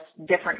different